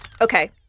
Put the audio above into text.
Okay